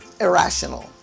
irrational